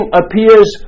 appears